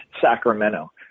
Sacramento